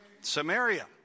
Samaria